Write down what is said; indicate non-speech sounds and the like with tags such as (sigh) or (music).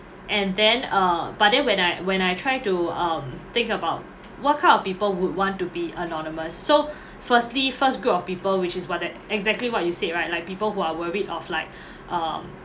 and then uh but then when I when I try to um think about what kind of people would want to be anonymous so (breath) firstly first group of people which is what da~ exactly what you said right like people who are worried of like (breath) um